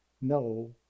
no